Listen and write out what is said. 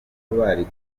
bari